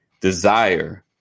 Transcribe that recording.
desire